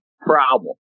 problem